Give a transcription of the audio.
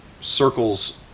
circles